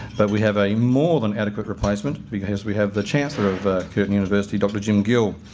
but, we have a more than adequate replacement because we have the chancellor of curtin university dr. jim gill.